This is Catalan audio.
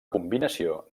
combinació